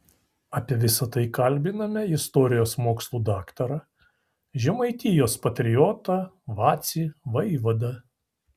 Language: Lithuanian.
apie visa tai kalbiname istorijos mokslų daktarą žemaitijos patriotą vacį vaivadą